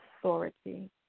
authority